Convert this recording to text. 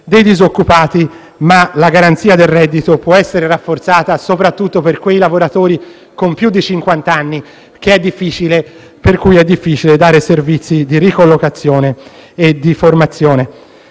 dei disoccupati; ma la garanzia del reddito può essere rafforzata soprattutto per quei lavoratori con più di cinquant'anni, per i quali è difficile dare servizi di ricollocazione e formazione.